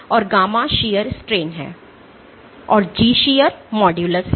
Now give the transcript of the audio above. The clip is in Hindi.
और गामा शियर स्ट्रेन है और G शीयर मॉडुलस है